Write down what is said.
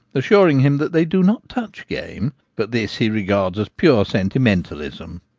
assuring him that they do not touch game, but this he regards as pure sentimentalism.